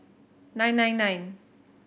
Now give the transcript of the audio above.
nine nine nine